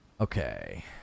okay